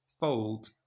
fold